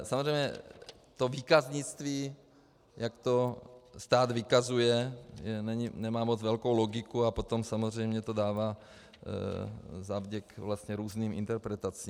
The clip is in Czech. Samozřejmě to výkaznictví, jak to stát vykazuje, nemá moc velkou logiku a potom samozřejmě to dává zavděk vlastně různým interpretacím.